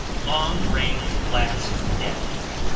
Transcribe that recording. long range blast damage